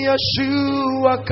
Yeshua